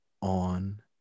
on